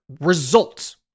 results